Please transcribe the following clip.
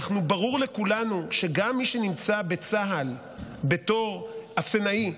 ברור לכולנו שגם מי שנמצא בצה"ל בתור אפסנאי,